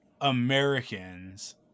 Americans